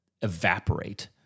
evaporate